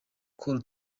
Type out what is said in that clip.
col